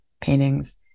paintings